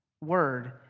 word